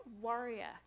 warrior